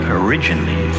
originally